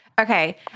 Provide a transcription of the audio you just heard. Okay